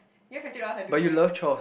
give me fifty dollars I do for you